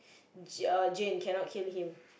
uh Jane cannot kill him